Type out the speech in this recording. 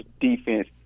defense